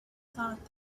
thought